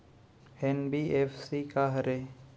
NBFC का हरे?